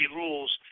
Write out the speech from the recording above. rules